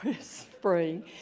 spring